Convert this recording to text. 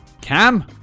Cam